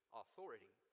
authority